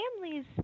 families